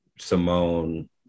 Simone